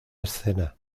escena